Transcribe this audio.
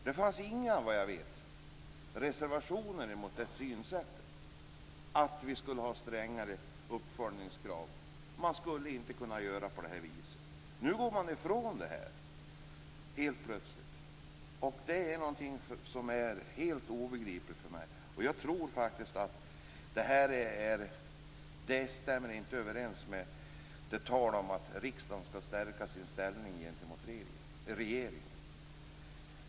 Det fanns vad jag vet inga reservationer mot synsättet att vi skulle ha strängare uppföljningskrav. Man skulle inte kunna göra på det här viset. Nu går man helt plötsligt ifrån det här. Det är något som är helt obegripligt för mig. Jag tror faktiskt inte att det här stämmer överens med talet om att riksdagen skall stärka sin ställning gentemot regeringen.